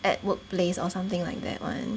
at workplace or something like that [one]